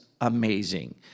amazing